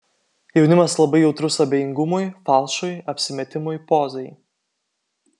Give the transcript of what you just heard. jaunimas labai jautrus abejingumui falšui apsimetimui pozai